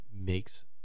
makes